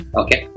okay